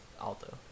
Alto